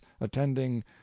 attending